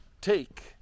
take